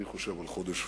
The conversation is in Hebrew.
אני חושב על חודש פברואר.